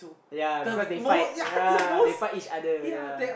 yea because they fight yea they fight each other yea